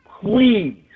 please